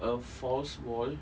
a false wall